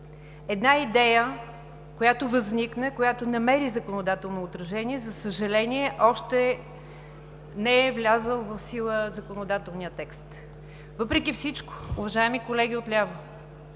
една идея, която възникна, която намери законодателно отражение. За съжаление, още не е влязъл в сила законодателният текст. Въпреки всичко, уважаеми колеги отляво,